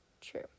True